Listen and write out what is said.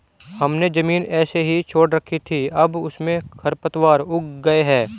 हमने ज़मीन ऐसे ही छोड़ रखी थी, अब उसमें खरपतवार उग गए हैं